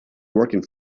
working